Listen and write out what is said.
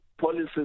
policies